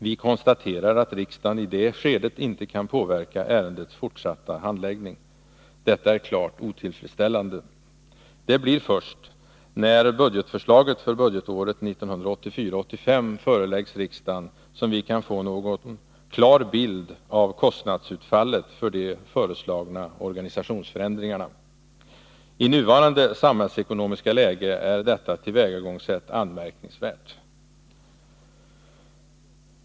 Vi konstaterar att riksdagen i det skedet inte kan påverka ärendets fortsatta handläggning. Detta är klart otillfredsställande! Det blir först när budgetförslaget för budgetåret 1984/85 föreläggs riksdagen som vi kan få en klar bild av kostnadsutfallet för de föreslagna organisationsförändringarna. I nuvarande samhällsekonomiska läge är detta tillvägagångssätt anmärkningsvärt.